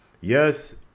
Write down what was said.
Yes